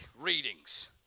readings